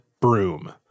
broom